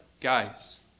guys